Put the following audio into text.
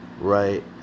Right